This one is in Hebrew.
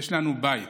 יש לנו בית.